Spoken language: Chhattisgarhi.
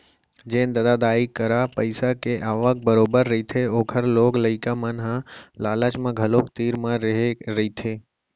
जेन ददा दाई करा पइसा के आवक बरोबर रहिथे ओखर लोग लइका मन ह लालच म घलोक तीर म रेहे रहिथे